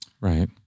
Right